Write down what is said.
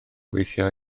gweithio